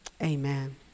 Amen